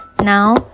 Now